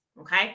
Okay